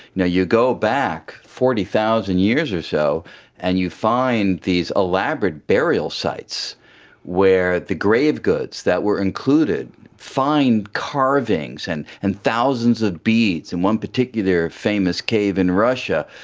now, you go back forty thousand years or so and you find these elaborate burial sites where the grave goods that were included, fine carvings and and thousands of beads. in one particular famous cave in russia,